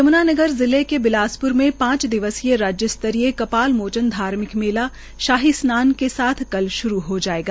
यम्नानगर जिले के बिलासप्र में पांच दिवसीय राज्य स्तरीय कपाल मोचन धार्मिक मेला शाही स्नान के साथ कल श्रू हो जायेगा